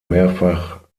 mehrfach